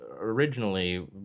originally